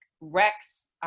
Rex